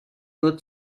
nur